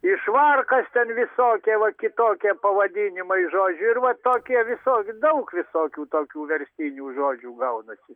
ir švarkas ten visokie va kitokie pavadinimai žodžiu ir va tokie visokių daug visokių tokių verstinių žodžių gaunasi